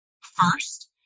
first